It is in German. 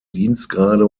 dienstgrade